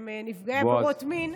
שהם נפגעי עבירות מין,